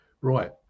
Right